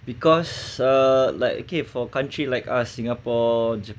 because uh like okay for country like us singapore